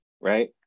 right